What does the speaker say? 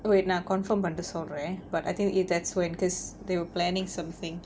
wait நான்:naan confirmed பண்ணிட்டு சொல்றேன்:pannittu solraen but I think that's when because they were planning something